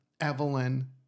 Evelyn